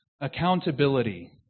Accountability